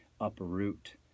uproot